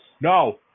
no